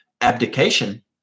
abdication